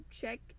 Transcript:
check